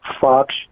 Fox